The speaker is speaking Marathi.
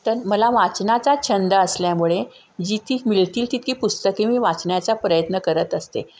तर मला वाचनाचा छंद असल्यामुळे जी ती मिळतील तितकी पुस्तके मी वाचण्याचा प्रयत्न करत असते